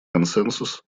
консенсус